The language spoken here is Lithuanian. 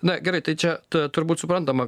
na gerai tai čia tu turbūt suprantama